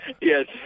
Yes